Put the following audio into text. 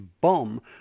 bomb